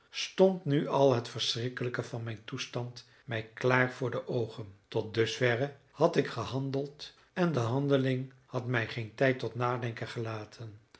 stond nu al het verschrikkelijke van mijn toestand mij klaar voor de oogen tot dusverre had ik gehandeld en de handeling had mij geen tijd tot nadenken gelaten